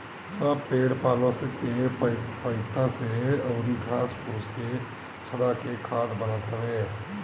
सब पेड़ पालो के पतइ अउरी घास फूस के सड़ा के खाद बनत हवे